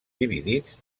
dividits